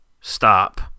stop